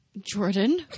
Jordan